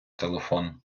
телефон